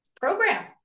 program